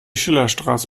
schillerstraße